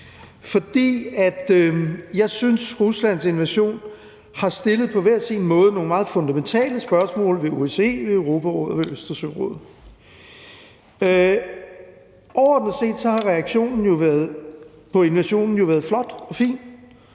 Jeg synes, at Ruslands invasion på forskellig måde har stillet nogle meget fundamentale spørgsmål ved OSCE, ved Europarådet og ved Østersørådet. Overordnet set har reaktionen på invasionen jo været flot og fin.